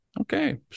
Okay